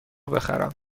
بخرم